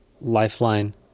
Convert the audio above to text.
lifeline